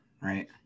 Right